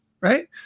right